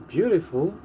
Beautiful